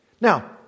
Now